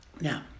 Now